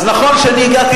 אז נכון שאני הגעתי